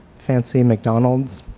fancy mcdonalds,